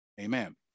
Amen